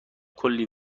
کلی